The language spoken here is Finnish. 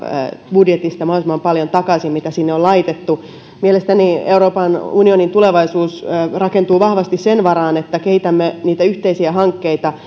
budjetista mahdollisimman paljon takaisin siitä mitä sinne on laitettu mielestäni euroopan unionin tulevaisuus rakentuu vahvasti sen varaan että kehitämme niitä yhteisiä hankkeita